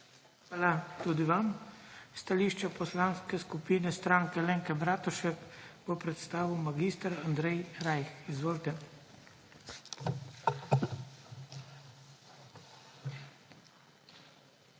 Hvala tudi vam. Stališče Poslanske skupine Stranke Alenke Bratušek bo predstavil mag. Andrej Rajh. Izvolite.